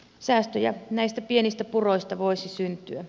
säästöjä näistä pienistä puroista voisi syntyä